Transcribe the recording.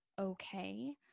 okay